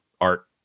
Art